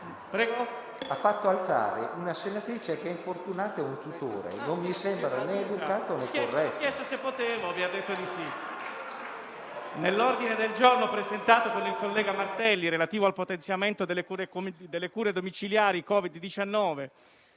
Ha fatto alzare una senatrice che è infortunata e ha il tutore. Non mi sembra né educato, né corretto. CIAMPOLILLO *(Misto)*. Le ho chiesto se potevo. Mi ha detto di sì. Nell'ordine del giorno, presentato con il collega Martelli, relativo al potenziamento delle cure domiciliari Covid-19,